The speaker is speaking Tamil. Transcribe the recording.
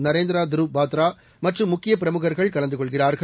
நரேந்திரா த்ருவ் பாத்ரா மற்றும் முக்கியப் பிரமுகர்கள் கலந்து கொள்கிறார்கள்